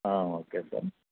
okay sir